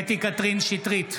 קטי קטרין שטרית,